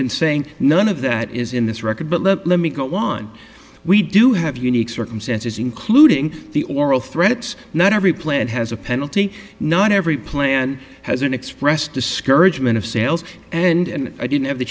been saying none of that is in this record but let me go on we do have unique circumstances including the oral threats not every plant has a penalty not every plan has an expressed discouragement of sales and i didn't have